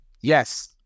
Yes